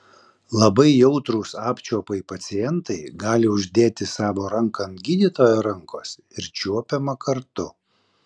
labai jautrūs apčiuopai pacientai gali uždėti savo ranką ant gydytojo rankos ir čiuopiama kartu